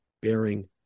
bearing